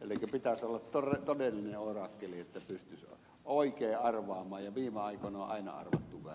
elikkä pitäisi olla todellinen oraakkeli että pystyisi oikein arvaamaan ja viime aikoina on aina arvattu väärin